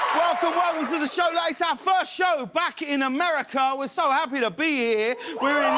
welcome to the show, like it's our first show back in america. we're so happy to be